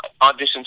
auditions